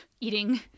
eating